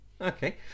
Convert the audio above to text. okay